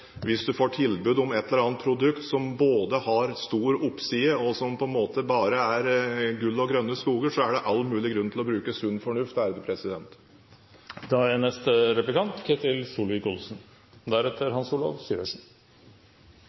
hvis du får tilbud om et eller annet produkt som har stor oppside, og som på en måte er bare gull og grønne skoger, er det all mulig grunn til å bruke sunn fornuft. Først må jeg få si at det er